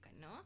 ¿no